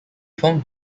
formed